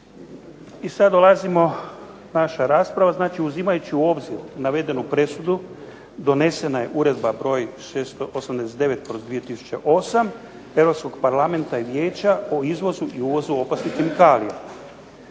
I sad dolazimo, naša rasprava, znači uzimajući u obzir navedenu presudu donesena je Uredba br. 689/2008. Europskog parlamenta i vijeća o izvozu i uvozu opasnih kemikalija.